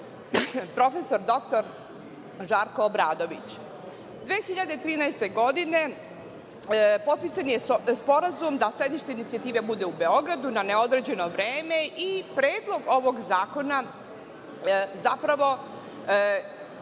prof. dr Žarko Obradović. Godine 2013. potpisan je sporazum da sedište inicijative bude u Beogradu na neodređeno vreme i predlog ovog zakona zapravo